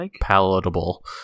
palatable